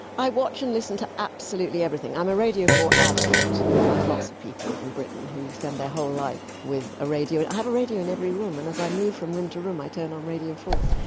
i watch and listen to absolutely everything, i'm a radio four addict, you'll find lots of people in britain who spend their whole life with a radio. i have a radio in every room and as i move from room to room i turn on radio four.